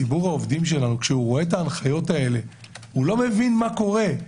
ציבור העובדים שלנו כשהוא רואה את ההנחיות האלה הוא לא מבין מה קורה.